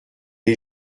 est